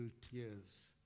tears